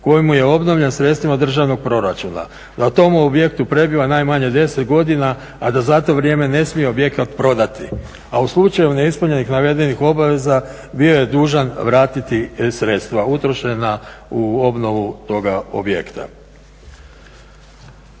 koji mu je obnovljen sredstvima državnog proračuna. Na tom objektu prebiva najmanje 10 godina, a da za to vrijeme ne smije objekat prodati, a u slučaju neispunjenih navedenih obaveza bio je dužan vratiti sredstva utrošena u obnovu toga objekta.